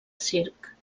circ